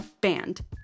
banned